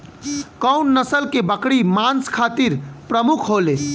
कउन नस्ल के बकरी मांस खातिर प्रमुख होले?